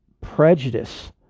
prejudice